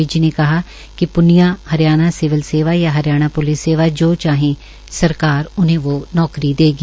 विज ने कहा कि प्रनिया हरियाना सिविल सेवा या हरियाणा पुलिस सेवा जो चाहें सरकार उन्हें वो नौकरी देगी